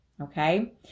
okay